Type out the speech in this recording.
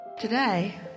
Today